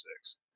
six